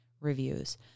Reviews